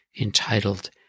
entitled